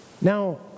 Now